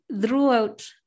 throughout